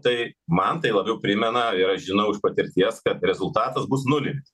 tai man tai labiau primena ir aš žinau iš patirties kad rezultatas bus nulinis